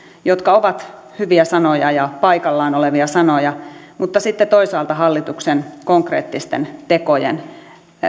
jotka ovat hyviä sanoja ja paikallaan olevia sanoja mutta sitten toisaalta hallituksen konkreettisten tekojen